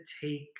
take